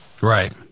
Right